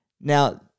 Now